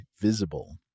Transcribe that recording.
Visible